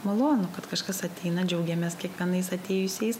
malonu kad kažkas ateina džiaugiamės kiekvienais atėjusiais